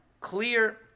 Clear